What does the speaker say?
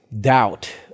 doubt